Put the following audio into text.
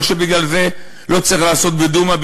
לא שבגלל זה לא צריך לעשות בדומא,